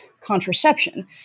contraception